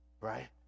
right